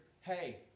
hey